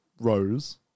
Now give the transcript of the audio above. Rose